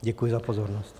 Děkuji za pozornost.